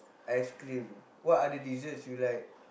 ice cream what other desserts you like